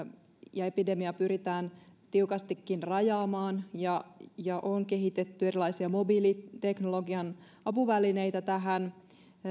ja epidemiaa pyritään tiukastikin rajaamaan ja ja on kehitetty erilaisia mobiiliteknologian apuvälineitä tähän